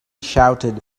shouted